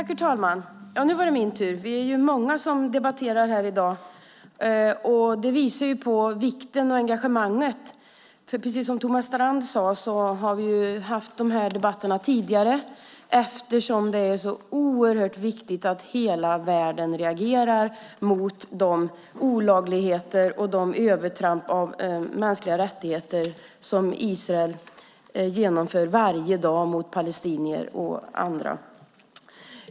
Herr talman! Vi är många som debatterar här i dag. Det visar på vikten och engagemanget. Precis som Thomas Strand sade har vi haft dessa debatter tidigare eftersom det är så oerhört viktigt att hela världen reagerar mot de olagligheter och de övertramp av mänskliga rättigheter som Israel genomför varje dag mot palestinier och andra.